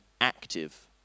active